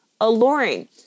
alluring